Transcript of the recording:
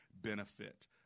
benefit